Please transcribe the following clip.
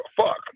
fuck